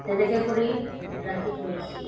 তেনেকৈ কৰি ৰাখি থৈ দিছোঁ